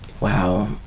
Wow